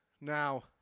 Now